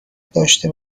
داشته